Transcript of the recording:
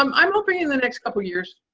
um i'm hoping in the next couple years.